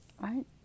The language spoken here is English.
right